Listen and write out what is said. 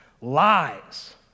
lies